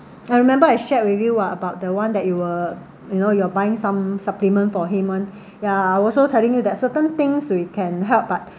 I remember I shared with you ah about the one that you were you know you're buying some supplement for him ya I also telling you that certain things we can help but